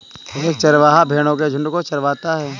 एक चरवाहा भेड़ो के झुंड को चरवाता है